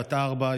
בן ארבע,